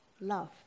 love